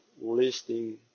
listing